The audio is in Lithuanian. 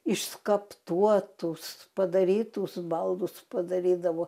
išskaptuotus padarytus baldus padarydavo